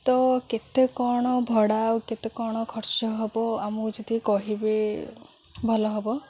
ତ କେତେ କ'ଣ ଭଡ଼ା ଆଉ କେତେ କ'ଣ ଖର୍ଚ୍ଚ ହେବ ଆମକୁ ଯଦି କହିବେ ଭଲ ହେବ